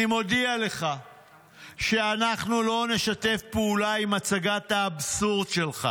אני מודיע לך שאנחנו לא נשתף פעולה עם הצגת האבסורד שלך.